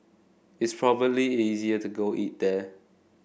it's probably easier to go eat there